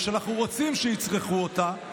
ושאנחנו רוצים שיצרכו אותה,